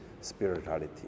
spirituality